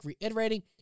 reiterating